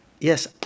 yes